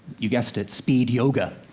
you guessed it, speed yoga.